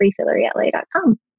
RefilleryLA.com